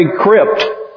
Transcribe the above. crypt